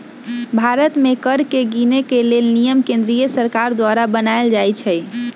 भारत में कर के गिनेके लेल नियम केंद्रीय सरकार द्वारा बनाएल जाइ छइ